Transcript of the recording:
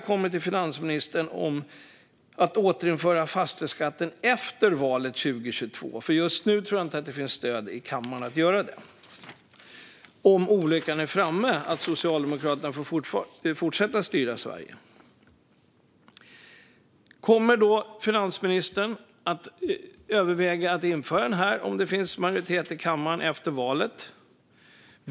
Överväger finansministern att återinföra fastighetsskatten efter valet i höst om olyckan är framme och Socialdemokraterna får fortsätta att styra Sverige? Just nu finns det nog inte stöd i kammaren för att göra det.